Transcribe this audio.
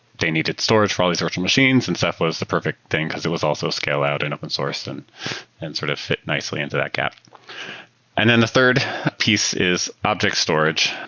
they needed storage for all these virtual machines and ceph was the perfect thing, because it was also scaled out and open sourced and and sort of fit nicely into that gap and then the third piece is object storage,